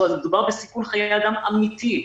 מדובר בסיכון חיי אדם אמיתי.